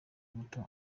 muto